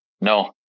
no